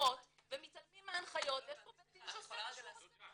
ברורות ומתעלמים מהנחיות ויש פה בית דין שעושה מה שהוא רוצה.